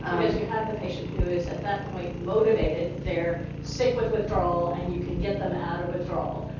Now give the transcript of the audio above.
um because you have the patient who is, at that point, motivated. they're sick with withdrawal. and you can get them out of withdrawal.